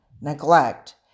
neglect